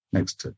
Next